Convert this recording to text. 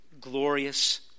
glorious